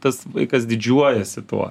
tas vaikas didžiuojasi tuo